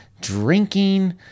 drinking